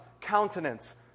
countenance